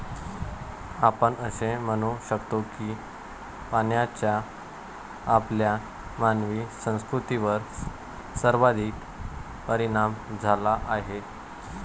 आपण असे म्हणू शकतो की पाण्याचा आपल्या मानवी संस्कृतीवर सर्वाधिक परिणाम झाला आहे